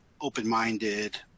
open-minded